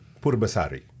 Purbasari